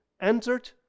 entered